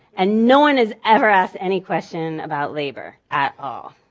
and no one has ever asked any question about labor, at all.